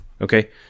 Okay